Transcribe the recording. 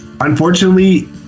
unfortunately